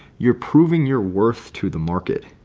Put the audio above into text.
you're proving your worth to the market.